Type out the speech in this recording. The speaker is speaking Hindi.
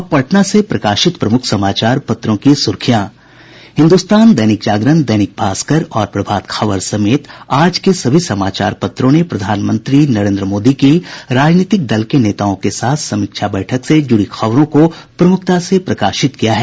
अब पटना से प्रकाशित प्रमुख समाचार पत्रों की सुर्खियां हिन्दुस्तान दैनिक जागरण दैनिक भास्कर और प्रभात खबर समेत आज के सभी समाचारों पत्रों ने प्रधानमंत्री नरेन्द्र मोदी की राजनीतिक दल के नेताओं के साथ समीक्षा बैठक से जुड़ी खबरों को प्रमुखता से प्रकाशित किया है